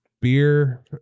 beer